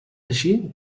així